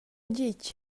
ditg